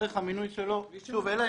אלא אם